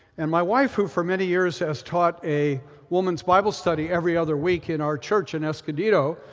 and my wife, who for many years has taught a women's bible study every other week in our church in escondido,